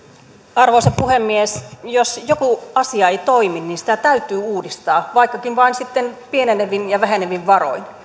arvoisa puhemies jos joku asia ei toimi niin sitä täytyy uudistaa vaikkakin vain sitten pienenevin ja vähenevin varoin